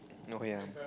no ya